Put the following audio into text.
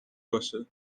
باشه